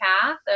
path